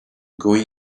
going